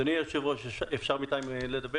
--- מה שאמרתי נושק למה שעלה בדיון הקודם.